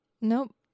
Nope